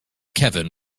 kevin